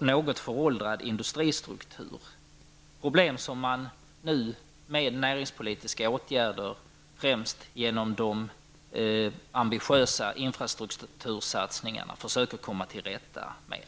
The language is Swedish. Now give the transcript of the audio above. något föråldrad industristruktur, något som skapat problem som man nu med näringspolitiska åtgärder, främst de ambitiösa infrastruktursatsningarna, försöker komma till rätta med.